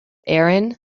aaron